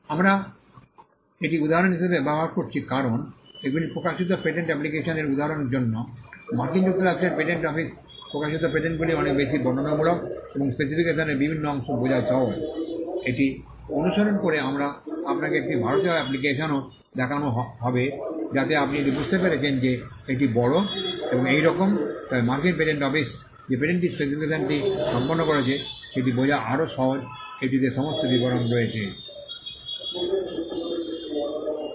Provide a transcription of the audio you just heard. আমরা এটি উদাহরণ হিসাবে ব্যবহার করছি কারণ এগুলি প্রকাশিত পেটেন্ট অ্যাপ্লিকেশন এবং উদাহরণের জন্য মার্কিন যুক্তরাষ্ট্রের পেটেন্ট অফিস প্রকাশিত পেটেন্টগুলি অনেক বেশি বর্ণনামূলক এবং স্পেসিফিকেশনের বিভিন্ন অংশ বোঝা সহজ এটি অনুসরণ করে আমরা আপনাকে একটি ভারতীয় অ্যাপ্লিকেশনও দেখানো হবে যাতে আপনি এটি বুঝতে পেরেছেন যে এটি বড় এবং একইরকম তবে মার্কিন পেটেন্ট অফিস যে পেটেন্ট স্পেসিফিকেশনটি সম্পন্ন করছে সেটি বোঝা আরও সহজ এবং এটিতে সমস্ত বিবরণ রয়েছে স্থান